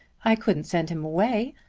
i couldn't send him away.